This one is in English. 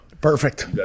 perfect